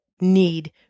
need